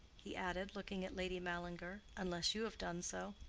he added, looking at lady mallinger unless you have done so.